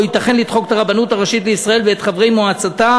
לא ייתכן לדחוק את הרבנות הראשית לישראל ואת חברי מועצתה